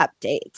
updates